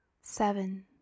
Seven